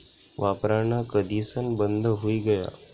वापरान कधीसन बंद हुई गया